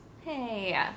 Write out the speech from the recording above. hey